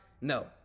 No